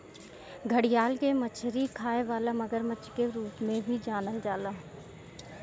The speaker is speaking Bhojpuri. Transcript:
घड़ियाल के मछरी खाए वाला मगरमच्छ के रूप में भी जानल जाला